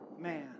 man